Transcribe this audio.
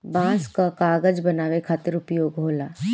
बांस कअ कागज बनावे खातिर उपयोग होला